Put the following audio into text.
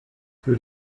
für